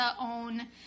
own